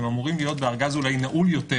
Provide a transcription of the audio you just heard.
אולי בארז נעול יותר